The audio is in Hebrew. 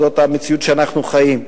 זאת המציאות שאנחנו חיים בה.